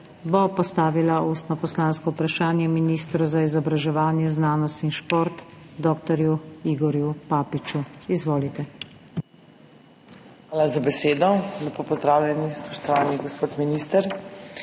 bo postavila ustno poslansko vprašanje ministru za izobraževanje, znanost in šport dr. Igorju Papiču. Izvolite. **ALENKA HELBL (PS SDS):** Hvala za besedo. Lepo pozdravljeni, spoštovani gospod minister!